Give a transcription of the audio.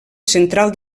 central